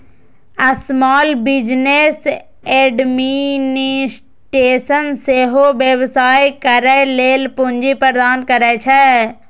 small business administration सेहो व्यवसाय करै लेल पूंजी प्रदान करै छै